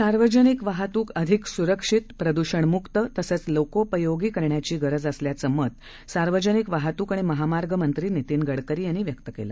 सार्वजनिक वाहतूक अधिक सुरक्षित प्रदृषणमुक्त तसंच लोकोपयोगी करण्याची गरज असल्याचं मत सार्वजनिक वाहतूक आणि महामार्ग मंत्री नितिन गडकरी यांनी व्यक्त केलं